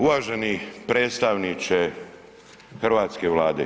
Uvaženi predstavniče hrvatske Vlade.